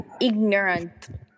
ignorant